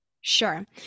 Sure